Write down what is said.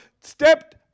stepped